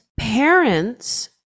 parents